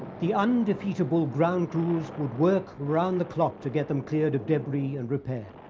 the undefeatable ground crews would work round the clock to get them cleared of debris and repair.